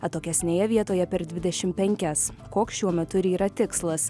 atokesnėje vietoje per dvidešim penkias koks šiuo metu ir yra tikslas